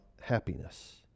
happiness